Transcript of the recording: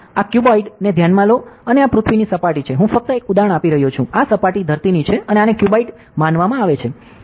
આ ક્યુબોઇડ ને ધ્યાનમાં લો અને આ પૃથ્વીની સપાટી છે હું ફક્ત એક ઉદાહરણ આપી રહ્યો છું આ સપાટી ધરતીની છે અને આને ક્યુબોઇડ માનવામાં આવે છે